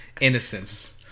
innocence